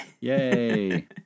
yay